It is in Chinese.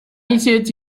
一些